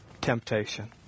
temptation